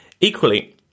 Equally